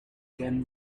can